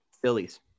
Phillies